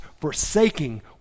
Forsaking